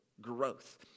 growth